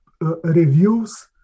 reviews